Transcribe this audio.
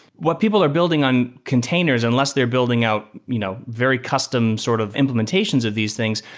what people are building on containers unless they're building out you know very custom sort of implementations of these things,